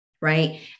right